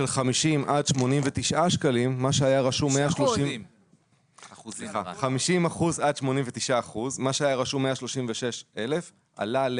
סיוע ברכישת דירה ראשונה 9ה. נכה,